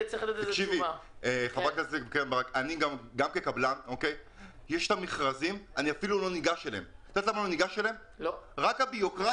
כקבלן אני אפילו לא ניגש למכרזים שישנם בגלל הבירוקרטיה.